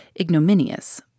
ignominious